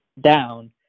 down